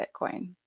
Bitcoin